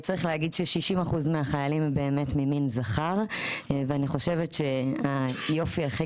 צריך להגיד ש-60% מהחיילים הם באמת ממין זכר ואני חושבת שהיופי הכי